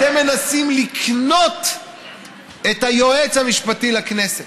אתם מנסים לקנות את היועץ המשפטי לכנסת.